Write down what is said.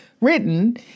written